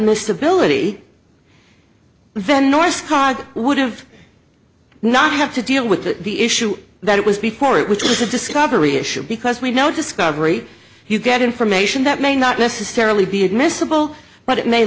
admissibility then nourse card would have not have to deal with the the issue that it was before it which was a discovery issue because we know discovery you get information that may not necessarily be admissible but it may